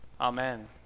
amen